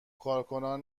کارکنان